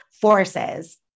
forces